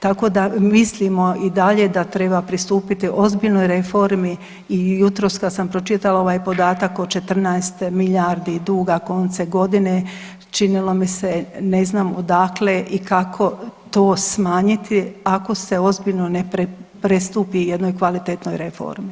Tako da mislimo i dalje da treba pristupiti ozbiljnoj reformi i jutros kada sam pročitala ovaj podatak od 14 milijardi duga koncem godine činilo mi se ne znam odakle i kako to smanjiti ako se ozbiljno ne pristupi jednoj kvalitetnoj reformi.